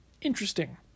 interesting